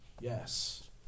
Yes